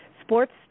sports